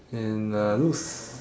and uh looks